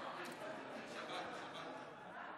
אני רוצה להביע צער עמוק על פטירתו של הרב ישעיהו הבר.